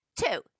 Two